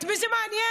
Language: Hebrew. את מי זה מעניין?